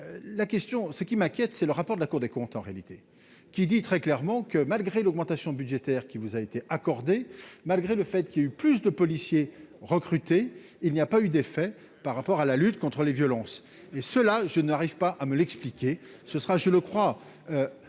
ce qui m'inquiète, c'est le rapport de la Cour des comptes, en réalité, qui dit très clairement que, malgré l'augmentation budgétaire qui vous a été accordé, malgré le fait qu'il y a eu plus de policiers recrutés, il n'y a pas eu d'effet par rapport à la lutte contre les violences et cela, je n'arrive pas à me l'expliquer, ce sera, je le crois